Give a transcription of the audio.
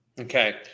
Okay